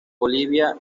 bolivia